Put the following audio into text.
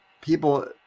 people